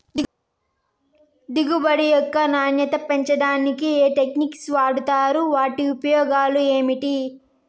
దిగుబడి యొక్క నాణ్యత పెంచడానికి ఏ టెక్నిక్స్ వాడుతారు వాటి ఉపయోగాలు ఏమిటి?